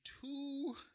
two